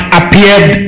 appeared